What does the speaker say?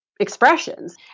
expressions